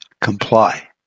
comply